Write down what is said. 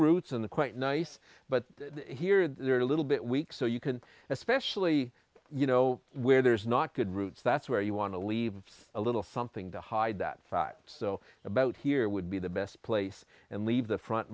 roots and the quite nice but here they're a little bit weak so you can especially you know where there's not good roots that's where you want to leave a little something to hide that fact so about here would be the best place and leave the front